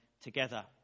together